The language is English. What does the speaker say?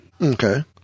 Okay